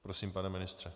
Prosím, pane ministře.